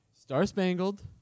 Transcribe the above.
Star-spangled